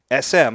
sm